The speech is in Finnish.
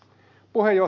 puhemies